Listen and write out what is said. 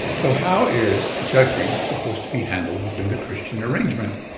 so how is judging supposed to be handled within the christian arrangement?